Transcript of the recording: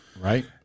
Right